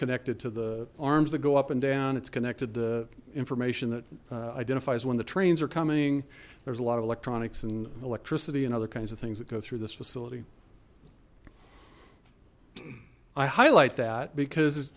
connected to the arms that go up and down it's connected to information that identifies when the trains are coming there's a lot of electronics and electricity and other kinds of things that go through this facility i highlight that because